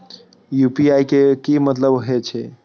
UPI के की मतलब हे छे?